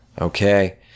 okay